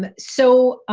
but so,